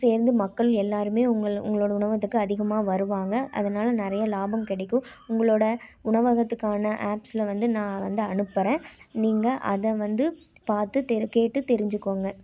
சேர்ந்து மக்கள் எல்லோருமே உங்கள் உங்களோட உணவகத்துக்கு அதிகமாக வருவாங்க அதனால நிறைய லாபம் கிடைக்கும் உங்களோட உணவகத்துக்கான ஆப்பில வந்து நான் வந்து அனுப்புறன் நீங்கள் அதை வந்து பார்த்து கேட்டு தெரிஞ்சிக்கங்க